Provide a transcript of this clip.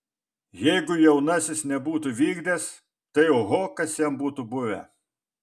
jeigu jaunasis nebūtų vykdęs tai oho kas jam būtų buvę